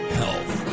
health